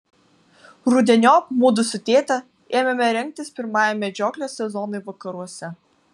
rudeniop mudu su tėte ėmėme rengtis pirmajam medžioklės sezonui vakaruose